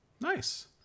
Nice